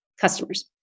customers